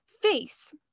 face